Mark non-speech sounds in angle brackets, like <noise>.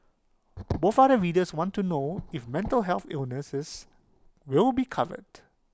<noise> but other readers want to know if mental health illnesses will be covered